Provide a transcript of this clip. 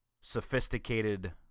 Sophisticated